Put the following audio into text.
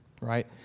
Right